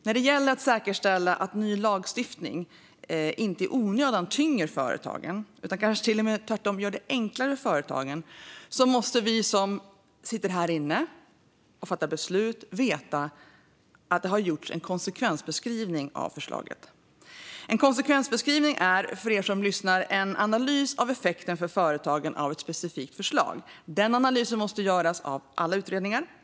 När det gäller att säkerställa att ny lagstiftning inte i onödan tynger företagen utan kanske till och med tvärtom gör det enklare för företagen måste vi som sitter här inne och fattar beslut veta att det har gjorts en konsekvensbeskrivning av förslaget. En konsekvensbeskrivning är, för er som lyssnar, en analys av effekten för företagen av ett specifikt förslag. Den analysen måste göras av alla utredningar.